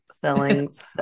fillings